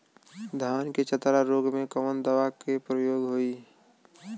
धान के चतरा रोग में कवन दवा के प्रयोग होई?